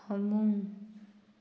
ꯐꯃꯨꯡ